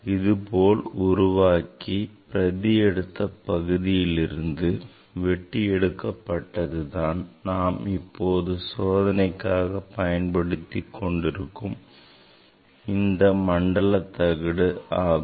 இதுபோல் உருவாக்கி பிரதி எடுத்த பகுதியிலிருந்து வெட்டி எடுக்கப்பட்டது தான் இப்போது நாம் சோதனைக்காக பயன்படுத்திக் கொண்டிருக்கும் இந்த மண்டல தகடு ஆகும்